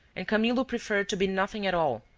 and camillo preferred to be nothing at all,